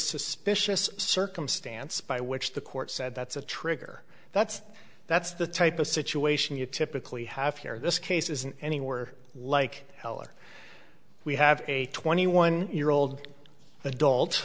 suspicious circumstance by which the court said that's a trigger that's that's the type of situation you typically have here this case isn't anywhere like heller we have a twenty one year old adult